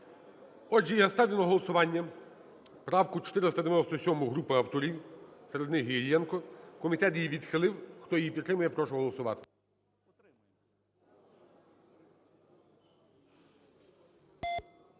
Отже, я ставлю на голосування правку 497 групи авторів, серед них Іллєнко. Комітет її відхилив. Хто її підтримує, прошу голосувати.